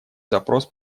запрос